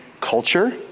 culture